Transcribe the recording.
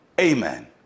amen